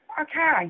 Okay